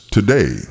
Today